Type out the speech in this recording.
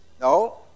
no